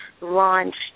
launched